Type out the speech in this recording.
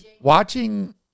Watching